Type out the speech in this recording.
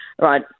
right